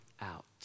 out